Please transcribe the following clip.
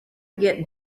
get